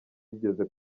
bigeze